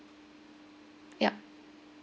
yup